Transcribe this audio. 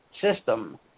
system